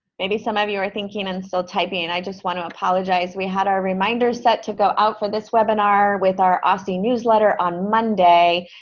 maybe some of you are thinking and still typing. i just want to apologize we had our reminder set to go out for this webinar with our ossi newsletter on monday,